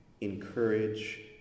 encourage